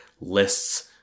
Lists